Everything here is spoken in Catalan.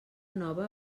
nova